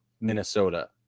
Minnesota